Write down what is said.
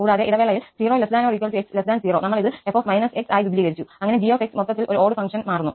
കൂടാതെ ഇടവേളയിൽ 0 ≤ 𝑥 0 നമ്മൾ ഇത് 𝑓 −𝑥 ആയി വിപുലീകരിച്ചു അങ്ങനെ 𝑔 𝑥 മൊത്തത്തിൽ ഒരു ഓഡ്ഡ് ഫങ്ക്ഷന് മാറുന്നു